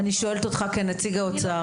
אני שואלת אותך כנציג האוצר